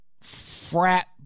frat